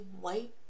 white